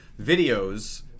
videos